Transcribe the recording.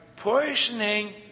poisoning